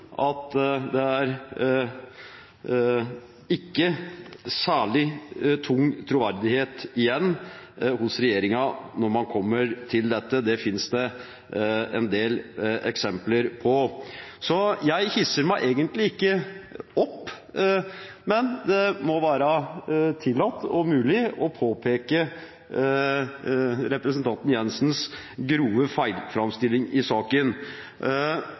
at det ikke er særlig tung troverdighet igjen hos regjeringen når det kommer til dette. Det finnes det en del eksempler på. Jeg hisser meg egentlig ikke opp, men det må være tillatt og mulig å påpeke representanten Jenssens grove feilframstilling i saken.